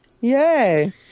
Yay